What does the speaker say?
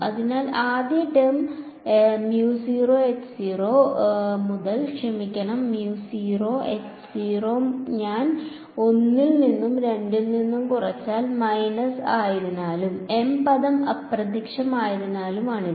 അതിനാൽ ആദ്യ ടേം മുതൽ ക്ഷമിക്കണം ഞാൻ 1 ൽ നിന്ന് 2 കുറച്ചതിനാലും മൈനസ് ആയതിനാലും M പദം അപ്രത്യക്ഷമായതിനാലാണിത്